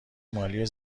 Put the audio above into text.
مالی